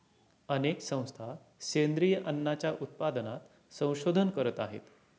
अनेक संस्था सेंद्रिय अन्नाच्या उत्पादनात संशोधन करत आहेत